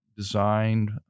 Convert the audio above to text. designed